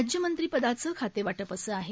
राज्यमंत्रीपदाचं खातेवाटप असं आहे